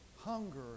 hunger